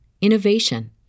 innovation